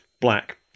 black